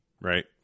Right